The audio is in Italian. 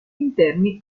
interni